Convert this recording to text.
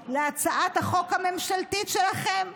כמצורפות להצעת החוק הממשלתית שלכם.